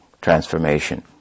transformation